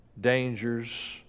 dangers